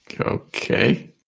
Okay